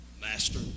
Master